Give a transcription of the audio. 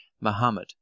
Muhammad